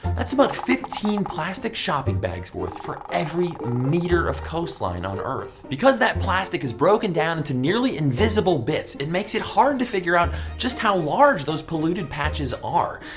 that's about fifteen plastic shopping bags worth for every meter of coastline on earth. because that plastic is broken down into nearly invisible bits, it makes it hard to figure out just how large those polluted patches are.